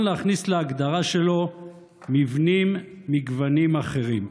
להכניס להגדרה שלו מבנים מִגְוונים אחרים.